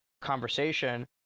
conversation